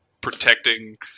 protecting